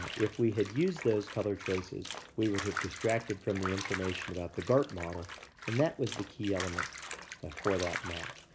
if we had used those color choices, we would have distracted from the information about the garp model and that was the key element for that map.